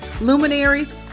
luminaries